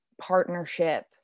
partnership